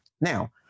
Now